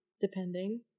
Depending